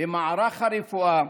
במערך הרפואה,